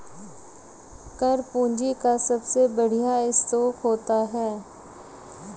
कर पूंजी का सबसे बढ़िया स्रोत होता है